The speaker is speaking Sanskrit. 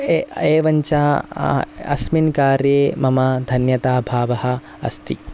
एवं च अस्मिन् कार्ये मम धन्यताभावः अस्ति